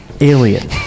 alien